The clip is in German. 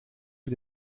für